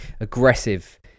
aggressive